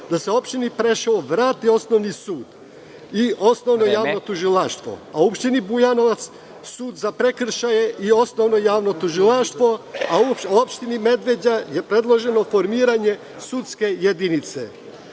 da se opštini Preševo vrati osnovni sud i osnovno javno tužilaštvo, a opštini Bujanovac sud za prekršaje i osnovno javno tužilaštvo, a opštini Medveđa je predloženo formiranje sudske